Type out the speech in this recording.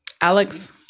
Alex